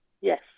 Yes